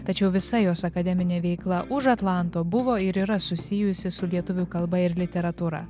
tačiau visa jos akademinė veikla už atlanto buvo ir yra susijusi su lietuvių kalba ir literatūra